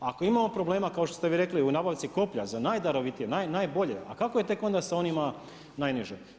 Ako imamo problema kao što ste vi rekli u nabavci koplja za najdarovitije, najbolje a kako je tek onda sa onima najniže.